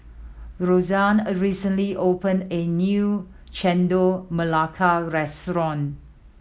Roseann recently opened a new Chendol Melaka restaurant